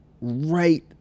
right